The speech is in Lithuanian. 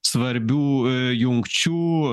svarbių jungčių